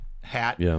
hat